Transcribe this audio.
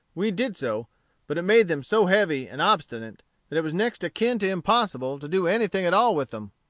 we did so but it made them so heavy and obstinate that it was next akin to impossible to do any thing at all with them,